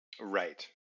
right